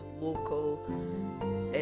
local